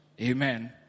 Amen